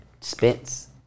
Spence